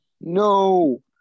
No